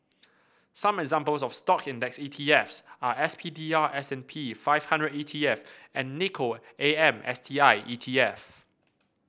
some examples of Stock index E T F s are S P D R S and P five hundred E T F and Nikko A M S T I E T F